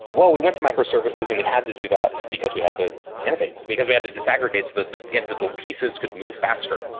ah well, we want to microservices and we had to do that, because we had to innovate, because we had to disaggregate so that that individual pieces could move faster,